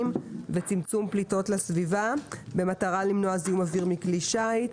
וצמצום פליטות לסביבה במטרה למנוע זיהום אוויר מכלי שיט.